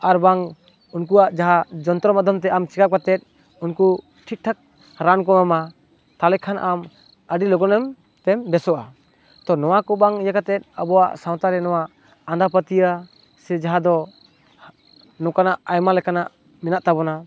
ᱟᱨᱵᱟᱝ ᱩᱱᱠᱩᱣᱟᱜ ᱡᱟᱦᱟᱸ ᱡᱚᱱᱛᱨᱚ ᱢᱟᱫᱫᱷᱚᱢ ᱛᱮ ᱟᱢ ᱪᱮᱠᱟᱯ ᱠᱟᱛᱮᱫ ᱩᱱᱠᱩ ᱴᱷᱤᱠ ᱴᱷᱟᱠ ᱨᱟᱱ ᱠᱚ ᱮᱢᱟᱢᱟ ᱛᱟᱦᱞᱮ ᱠᱷᱟᱱ ᱟᱢ ᱟᱰᱤᱞᱚᱜᱚᱱᱮᱢ ᱛᱮᱢ ᱵᱮᱥᱚᱜᱼᱟ ᱛᱚ ᱱᱚᱣᱟ ᱠᱚ ᱵᱟᱝ ᱤᱭᱟᱹ ᱠᱟᱛᱮᱫ ᱟᱵᱚᱣᱟᱜ ᱥᱟᱶᱛᱟᱨᱮ ᱱᱚᱣᱟ ᱟᱸᱫᱷᱟ ᱯᱟᱹᱭᱟᱹᱣ ᱥᱮ ᱡᱟᱦᱟᱸ ᱫᱚ ᱱᱚᱠᱟᱱᱟᱜ ᱟᱭᱢᱟ ᱞᱮᱠᱟᱱᱟᱜ ᱢᱮᱱᱟᱜ ᱛᱟᱵᱚᱱᱟ